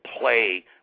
play